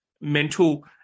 mental